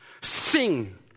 Sing